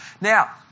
Now